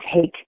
take